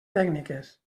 tècniques